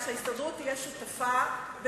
החוק הזה לא הסדיר סוגיות מאוד מהותיות,